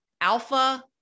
alpha